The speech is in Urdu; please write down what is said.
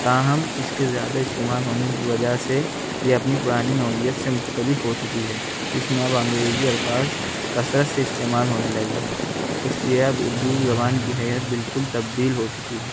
تاہم اس کے زیادہ استعمال ہونے کی وجہ سے یہ اپنی پرانی نوعیت سے مختلف ہو چکی ہے اس میں اب انگریزی الفاظ کثرت سے استعمال ہونے لگے ہیں اس لیے اب اردو زبان کی ہیئت بالکل تبدیل ہو چکی ہے